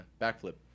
Backflip